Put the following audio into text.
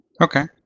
Okay